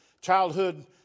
childhood